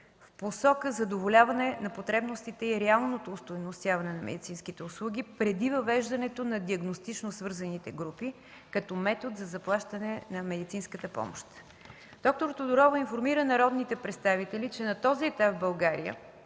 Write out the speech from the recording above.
в посока задоволяване на потребностите и реалното остойностяване на медицинските услуги преди въвеждането на диагностично-свързаните групи като метод за заплащане на медицинската помощ. Доктор Тодорова информира народните представители, че на този етап в България